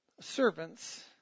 servants